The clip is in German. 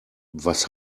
was